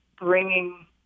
bringing